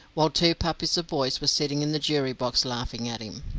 while two puppies of boys were sitting in the jury box laughing at him.